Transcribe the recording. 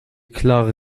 klare